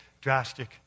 drastic